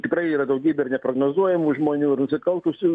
tikrai yra daugybė ir neprognozuojamų žmonių ir nusikaltusių